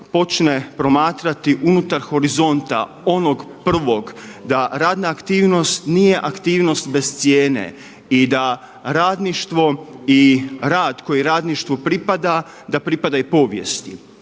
počne promatrati unutar horizonta onog prvog, da radna aktivnost nije aktivnost bez cijene i da radništvo i rad koji radništvu pripada da pripada i povijesti.